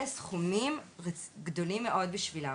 אלה סכומים גדולים מאוד בשבילן.